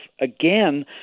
again